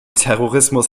terrorismus